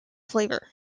flavour